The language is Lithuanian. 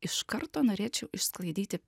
iš karto norėčiau išsklaidyti